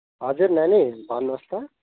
हजुर नानी भन्नुहोस् त